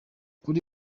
kuri